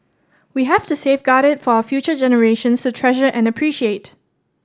we have to safeguard it for our future generations to treasure and appreciate